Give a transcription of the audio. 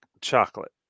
chocolate